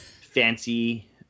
fancy